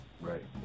right